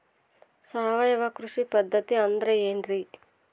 ಸಾವಯವ ಕೃಷಿ ಪದ್ಧತಿ ಅಂದ್ರೆ ಏನ್ರಿ?